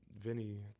Vinny